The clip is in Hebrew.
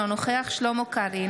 אינו נוכח שלמה קרעי,